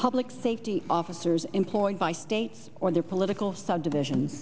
public safety officers employed by state on their political subdivision